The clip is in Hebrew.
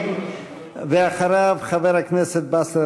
על חומותיה של